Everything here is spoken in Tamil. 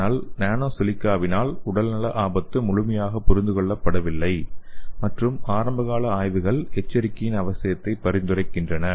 ஆனால் நானோ சிலிக்காவின் உடல்நல ஆபத்து முழுமையாக புரிந்து கொள்ளப்படவில்லை மற்றும் ஆரம்பகால ஆய்வுகள் எச்சரிக்கையின் அவசியத்தை பரிந்துரைக்கின்றன